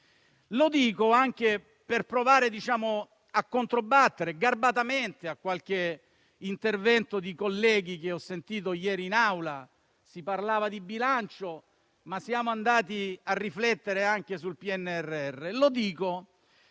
Dico questo per provare a controbattere garbatamente all'intervento di qualche collega che ho sentito ieri in Aula. Si parlava di bilancio, ma siamo andati a riflettere anche sul PNRR.